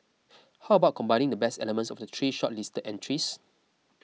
how about combining the best elements of the three shortlisted entries